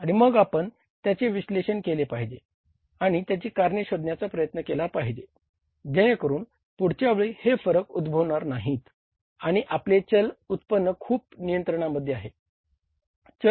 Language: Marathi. आणि मग आपण त्याचे विश्लेषण केले पाहिजे आणि त्याची कारणे शोधण्याचा प्रयत्न केला पाहिजे जेणेकरुन पुढच्या वेळी हे फरक उध्दभवणार नाहीत आणि आपले चल उत्पन्न खूप नियंत्रणामध्ये आहे